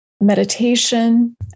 meditation